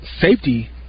safety